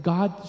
God